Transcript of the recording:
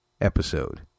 episode